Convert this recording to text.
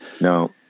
no